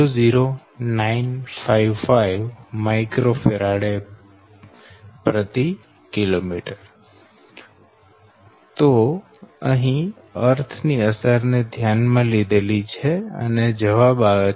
00955 µFkm અહી અર્થ ની અસર ને ધ્યાનમાં લીધેલી છે